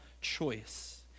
choice